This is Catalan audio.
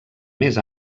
més